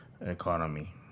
economy